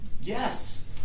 Yes